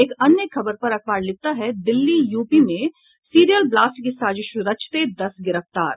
एक अन्य खबर पर अखबार लिखता है दिल्ली यूपी में सीरियर ब्लास्ट की साजिश रचते दस गिरफ्तार